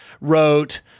wrote